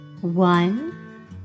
One